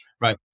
right